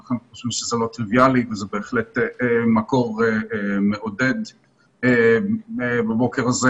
אנחנו חושבים שזה לא טריוויאלי וזה בהחלט מקור מעודד בבוקר הזה.